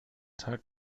tag